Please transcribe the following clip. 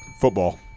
Football